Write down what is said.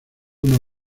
unos